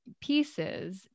pieces